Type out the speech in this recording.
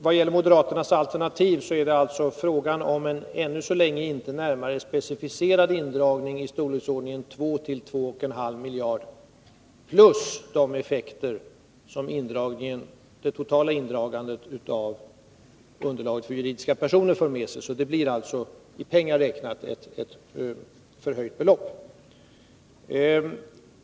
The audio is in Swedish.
Vad gäller moderaternas alternativ är det fråga om en ännu så länge inte specificerad indragning i storleksordningen 2-2 1/2 miljarder samt dessutom de effekter som det totala indragandet av underlaget för juridiska personer för med sig. Det blir alltså i pengar räknat ett förhöjt belopp.